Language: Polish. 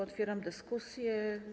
Otwieram dyskusję.